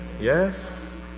Yes